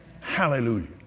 Hallelujah